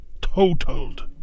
totaled